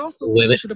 women